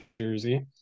Jersey